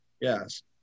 Yes